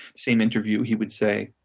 same interview he would say,